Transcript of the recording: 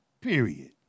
Period